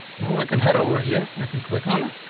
well, i can head over here. i can click on it.